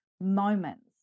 moments